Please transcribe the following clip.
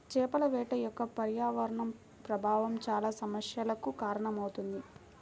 చేపల వేట యొక్క పర్యావరణ ప్రభావం చాలా సమస్యలకు కారణమవుతుంది